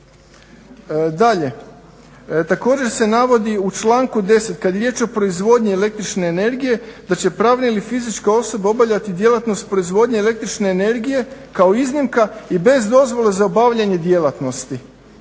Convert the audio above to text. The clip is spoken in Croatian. Dalje, također se navodi u članku 10. kad je riječ o proizvodnji električne energije da će pravna ili fizička osoba obavljati djelatnost proizvodnje električne energije kao iznimka i bez dozvole za obavljanje djelatnosti